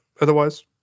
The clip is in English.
otherwise